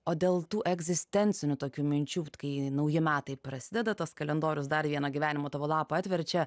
o dėl tų egzistencinių tokių minčių kai nauji metai prasideda tas kalendorius dar vieną gyvenimo tavo lapą atverčia